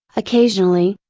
occasionally,